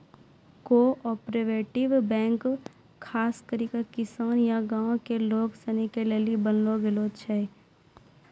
cooperative bank खास करी के किसान या गांव के लोग सनी के लेली बनैलो गेलो छै